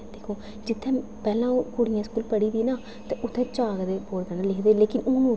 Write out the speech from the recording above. दिक्खो जित्थैं पैह्लैं ओह् कुड़ियें दे स्कूल पढ़ी दी न उत्थै चाक तते बोर्ड कन्नै लिखदे लेकिन हून उत्थै